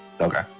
Okay